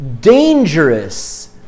dangerous